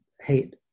hate